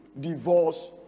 divorce